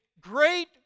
great